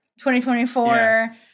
2024